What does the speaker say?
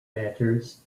matters